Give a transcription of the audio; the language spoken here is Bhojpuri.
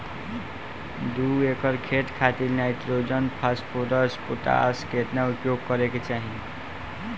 दू एकड़ खेत खातिर नाइट्रोजन फास्फोरस पोटाश केतना उपयोग करे के चाहीं?